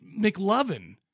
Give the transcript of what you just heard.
McLovin